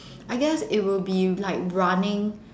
I guess it would be like running